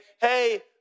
hey